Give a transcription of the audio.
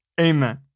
amen